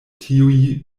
tiuj